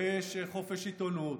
ויש חופש עיתונות,